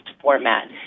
format